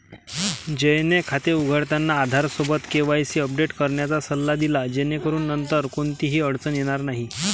जयने खाते उघडताना आधारसोबत केवायसी अपडेट करण्याचा सल्ला दिला जेणेकरून नंतर कोणतीही अडचण येणार नाही